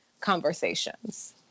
conversations